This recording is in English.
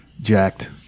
jacked